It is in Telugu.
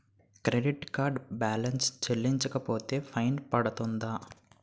క్రెడిట్ కార్డ్ బాలన్స్ చెల్లించకపోతే ఫైన్ పడ్తుంద?